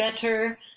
better